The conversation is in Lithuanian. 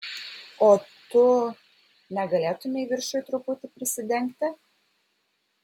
o tu negalėtumei viršuj truputį prisidengti